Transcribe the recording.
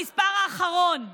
המספר האחרון,